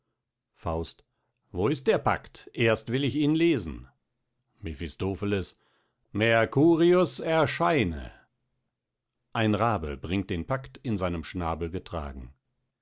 faust wo ist der pact erst will ich ihn lesen mephistopheles mercurius erscheine ein rabe bringt den pact in seinem schnabel getragen